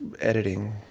editing